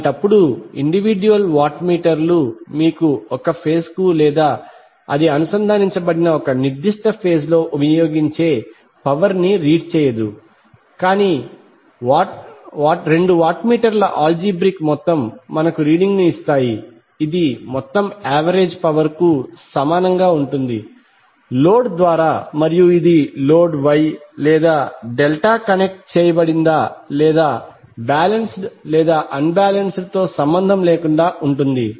అలాంటప్పుడు individual watt meter లు మీకు ఒక ఫేజ్ కు లేదా అది అనుసంధానించబడిన ఒక నిర్దిష్ట ఫేజ్ లో వినియోగించే పవర్ ని రీడ్ చేయదు కాని రెండు వాట్ మీటర్ల ఆల్జీబ్రిక్ మొత్తం మనకు రీడింగ్ ను ఇస్తాయి ఇది మొత్తం యావరేజ్ పవర్ కి సమానంగా ఉంటుంది లోడ్ ద్వారా మరియు ఇది లోడ్ వై లేదా డెల్టా కనెక్ట్ చేయబడిందా లేదా బాలెన్స్డ్ లేదా అన్ బాలెన్స్డ్ తో సంబంధం లేకుండా ఉంటుంది